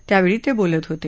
त्यावेळी ते बोलत होते